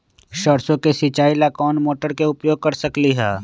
सरसों के सिचाई ला कोंन मोटर के उपयोग कर सकली ह?